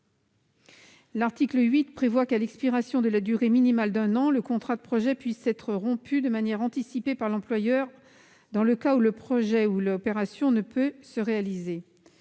l'article 8 prévoit que, à l'expiration de la durée minimale d'un an, le contrat de projet puisse être rompu de manière anticipée par l'employeur, dans le cas où le projet ou l'opération ne peut pas se réaliser.